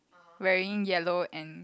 wearing yellow and